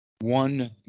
one